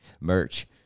merch